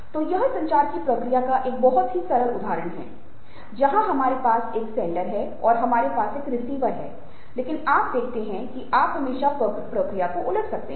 तो यह संचार की प्रक्रिया का एक बहुत ही सरल उदाहरण है जहां हमारे पास एक सेन्डर है और हमारे पास एक रिसीवर है लेकिन आप देखते हैं कि आप हमेशा प्रक्रिया को उलट सकते हैं